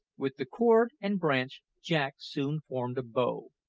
with the cord and branch jack soon formed a bow.